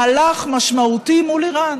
במהלך משמעותי מול איראן.